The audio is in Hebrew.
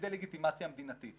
לדה-לגיטימציה מדינתית,